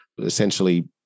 essentially